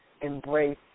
embrace